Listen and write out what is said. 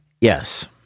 yes